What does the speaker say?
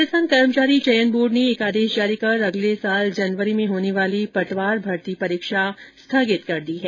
राजस्थान कर्मचारी चयन बोर्ड ने एक आदेश जारी कर अगले साल जनवरी में होने वाली पटवार भर्ती परीक्षा स्थगित कर दी है